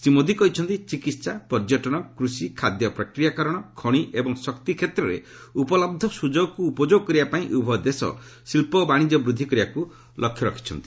ଶ୍ରୀ ମୋଦି କହିଛନ୍ତି ଚିକିହା ପର୍ଯ୍ୟଟନ କୃଷି ଖାଦ୍ୟ ପ୍ରକ୍ରିୟାକରଣ ଖଣି ଏବଂ ଶକ୍ତି କ୍ଷେତ୍ରରେ ଉପଲହ୍ଧ ସୁଯୋଗକୁ ଉପଯୋଗ କରିବାପାଇଁ ଉଭୟ ଦେଶର ଶିଳ୍ପ ଓ ବାଶିଜ୍ୟ ବୃଦ୍ଧି କରିବାକୁ ଲକ୍ଷ୍ୟ ରଖାଯାଇଛି